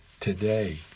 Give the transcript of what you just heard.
today